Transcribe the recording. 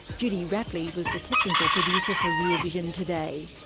judy rapley was the technical producer for rear vision today.